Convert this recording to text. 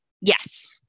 Yes